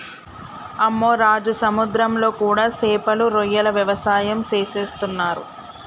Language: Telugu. అమ్మె రాజు సముద్రంలో కూడా సేపలు రొయ్యల వ్యవసాయం సేసేస్తున్నరు